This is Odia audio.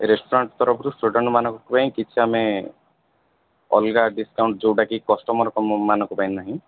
ରେଷ୍ଟୁରାଣ୍ଟ ତରଫରୁ ଷ୍ଟୁଡେଣ୍ଟ୍ମାନଙ୍କ ପାଇଁ କିଛି ଆମେ ଅଲଗା ଡିସ୍କାଉଣ୍ଟ୍ ଯୋଉଟାକି କଷ୍ଟମର୍ମାନଙ୍କ ପାଇଁ ନାହିଁ